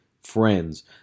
friends